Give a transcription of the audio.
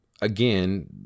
Again